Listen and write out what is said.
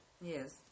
Yes